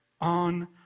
on